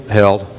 held